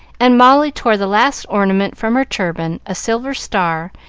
and molly tore the last ornament from her turban, a silver star,